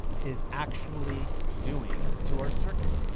is actually doing to our circuit